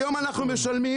היום אנחנו משלמים,